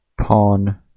Pawn